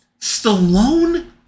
Stallone